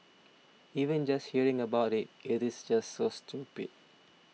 even just hearing about it it is just so stupid